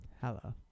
Hello